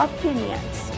Opinions